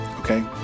okay